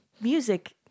music